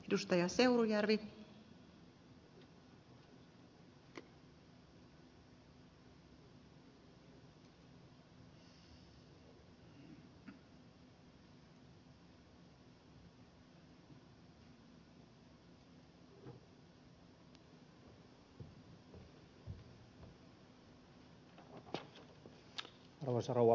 arvoisa rouva puhemies